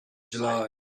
july